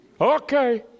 Okay